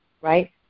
Right